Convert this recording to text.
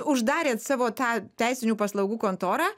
uždarėt savo tą teisinių paslaugų kontorą